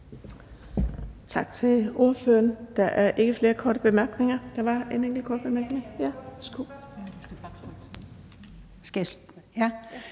Tak til ordføreren. Der er ikke flere korte bemærkninger.